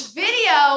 video